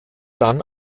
dann